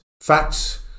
facts